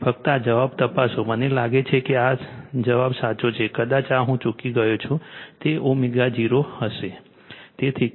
ફક્ત આ જવાબ તપાસો મને લાગે છે કે આ જવાબ સાચો છે કદાચ આ હું ચૂકી ગયો છું તે ω0 હશે